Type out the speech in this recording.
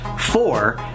four